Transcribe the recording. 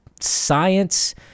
science